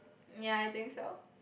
ya I think so